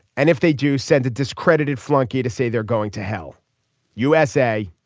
and if they do send a discredited flunky to say they're going to hell usa.